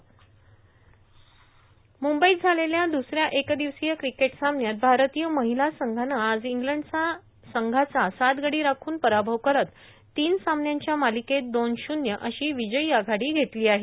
म्ंबईत झालेल्या द्रसऱ्या एक दिवसीय क्रिकेट सामन्यात भारतीय महिला संघानं आज इंग्लंडचा संघाचा सात गडी राखून पराभव करत तीन सामन्यांच्या मालिकेत दोन शून्य अशी विजयी आघाडी घेतली आहे